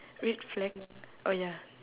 red flag oh ya